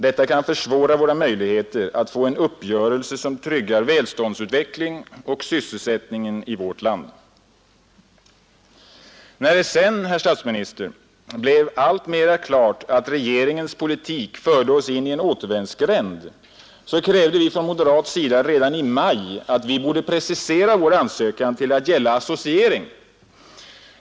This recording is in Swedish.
Detta kan försvåra våra möjligheter att få en uppgörelse som tryggar välståndsutvecklingen och sysselsättningen i vårt land.” När det sedan, herr statsminister, blev alltmera klart att regeringens politik förde oss in i en återvändsgränd, krävde vi från moderat sida redan i maj att Sverige borde precisera sin ansökan att gälla associering.